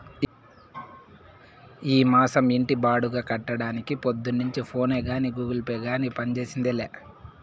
ఈ మాసం ఇంటి బాడుగ కట్టడానికి పొద్దున్నుంచి ఫోనే గానీ, గూగుల్ పే గానీ పంజేసిందేలా